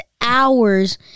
hours